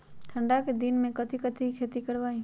ठंडा के दिन में कथी कथी की खेती करवाई?